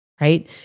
Right